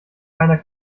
keiner